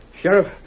Sheriff